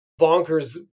bonkers